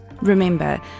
Remember